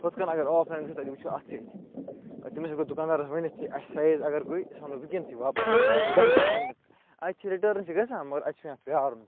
ہُتھ کَنۍ اَگر آف لایِن وُچھو تَتہِ وُچھُو اَتھہٕ سۭتۍ ٲں تٔمِس ہیٚکو دُکاندارَس ؤنِتھ تہِ اسہِ سایِز اَگر گٔے أسۍ اَنو وُنٛکیٚنسٕے واپَس دَہ دۄہ پیٚن نہٕ اَتہِ چھِ رِٹٲرٕن چھُ گژھان مگر اَتہِ چھُ پیٚوان پیٛارُن